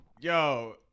Yo